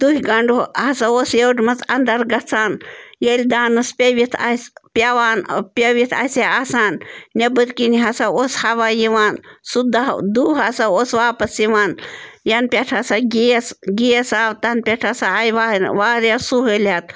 دٕہہِ گَنٛڈٕ ہسا اوس یٔڈ منٛز انٛدر گژھان ییٚلہِ دانَس پیٚوِتھ آسہِ پٮ۪وان پیٚوِتھ آسہِ ہے آسان نیٚبٕرۍ کِنۍ ہسا اوس ہوا یِوان سُہ دَہ دٕہ ہسا اوس واپَس یِوان یَنہٕ پٮ۪ٹھ ہسا گیس گیس آو تَنہٕ پٮ۪ٹھ ہسا آے واریاہ سہوٗلیت